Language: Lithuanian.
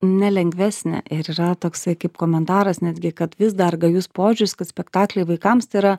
nelengvesnę ir yra toksai kaip komentaras netgi kad vis dar gajus požiūris kad spektakliai vaikams tai yra